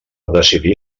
decidir